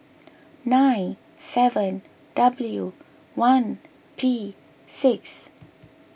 nine seven W one P six